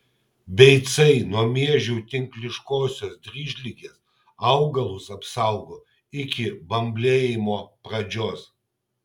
beicai nuo miežių tinkliškosios dryžligės augalus apsaugo iki bamblėjimo pradžios